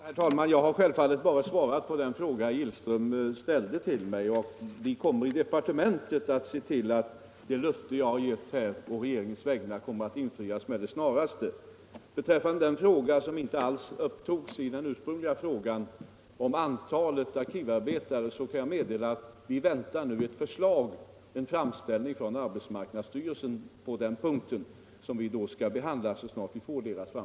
Herr talman! Jag har självfallet bara svarat på den fråga herr Gillström ställt till mig. Vi kommer i departementet att se till att det löfte jag här har givit på regeringens vägnar med det snaraste infrias. När det gäller antalet arkivarbetare — den saken nämndes inte alls i den ursprungliga frågan — kan jag nämna att vi väntar en framställning från arbetsmarknadsstyrelsen på den punkten. Denna framställning kommer vi att behandla så snart vi får den.